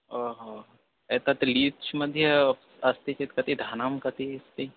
ओ हो एतत् लीच् मध्ये अस्ति चेत् कति धनं कति इति